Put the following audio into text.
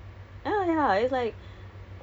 I feel you I feel you